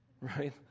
Right